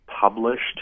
published